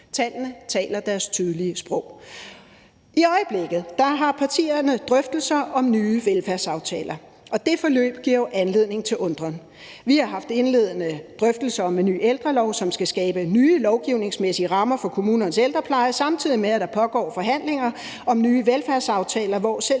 Tallene taler deres tydelige sprog. I øjeblikket har partierne drøftelser om nye velfærdsaftaler, og det forløb giver jo anledning til undren. Vi har haft indledende drøftelser om en ny ældrelov, som skal skabe nye lovgivningsmæssige rammer for kommunernes ældrepleje, samtidig med at der pågår forhandlinger om nye velfærdsaftaler, hvor selv